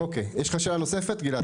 יש לך שאלה נוספת גלעד?